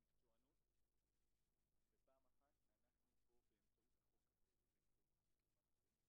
יש חברות היום שהיו בסדר והגישו בקשה לרישיון ויש להן רישיון.